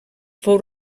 fou